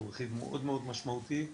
והוא רכיב מאוד מאוד משמעותי במחירים.